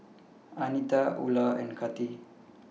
Anita Ula and Kati